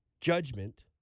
judgment